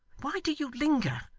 why do you linger